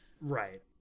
Right